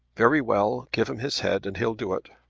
very well. give him his head and he'll do it.